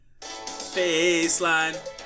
Baseline